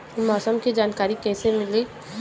मौसम के जानकारी कैसे मिली?